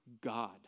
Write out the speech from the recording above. God